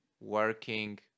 working